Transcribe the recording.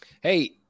Hey